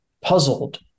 puzzled